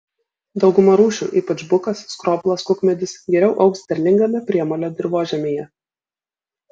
dauguma rūšių ypač bukas skroblas kukmedis geriau augs derlingame priemolio dirvožemyje